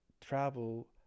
travel